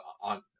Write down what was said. on